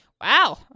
Wow